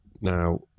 Now